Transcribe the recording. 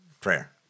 Prayer